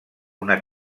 una